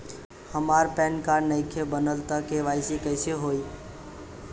हमार PAN card नईखे बनल त के.वाइ.सी कइसे होई?